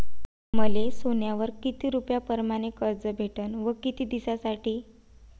मले सोन्यावर किती रुपया परमाने कर्ज भेटन व किती दिसासाठी?